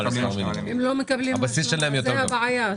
מינימום, הבסיס שלהם יותר גבוה.